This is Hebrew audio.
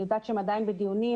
אני יודעת שהם עדיין בדיונים.